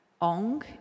Ong